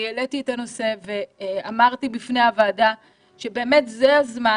אני העליתי את הנושא הזה ואמרתי בפני הוועדה שזה הזמן.